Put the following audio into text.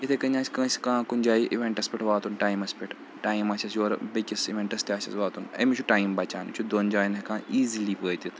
اِتھٕے کٔنۍ آسہِ کٲنٛسہِ کانٛہہ کُنہِ جایہِ اِوٮ۪نٛٹَس پٮ۪ٹھ واتُن ٹایمَس پٮ۪ٹھ ٹایم آسٮ۪س یورٕ بیٚکِس اِوٮ۪نٛٹَس تہِ آسٮ۪س واتُن أمِس چھُ ٹایم بَچان یہِ چھُ دۄن جایَن ہٮ۪کان ایٖزِلی وٲتِتھ